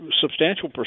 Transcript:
substantial